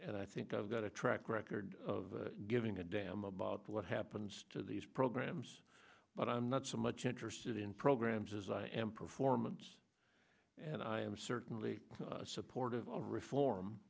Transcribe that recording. and i think i've got a track record of giving a damn about what happens to these programs but i'm not so much interested in programs as i am performance and i am certainly support of all reform